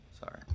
Sorry